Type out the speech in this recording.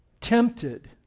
tempted